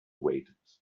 waited